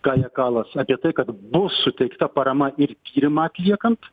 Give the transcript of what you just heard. kaja kalas apie tai kad bus suteikta parama ir tyrimą atliekant